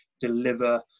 deliver